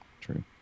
True